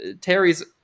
Terry's